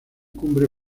cumbre